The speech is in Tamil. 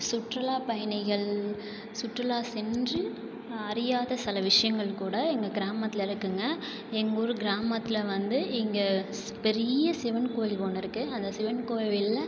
சுற்றுலா பயணிகள் சுற்றுலா சென்று அறியாத சில விஷயங்கள்கூட எங்கள் கிராமத்தில் இருக்குங்க எங்கள் ஊர் கிராமத்தில் வந்து இங்கே பெரிய சிவன் கோயில் ஒன்று இருக்கு அந்த சிவன் கோவிலில்